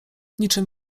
niczym